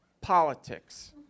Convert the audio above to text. politics